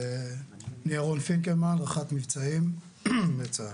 שמי ירון פינקלמן, רח"ט מבצעים בצה"ל.